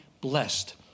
blessed